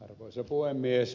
arvoisa puhemies